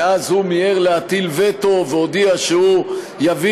ואז הוא מיהר להטיל וטו והודיע שהוא יביא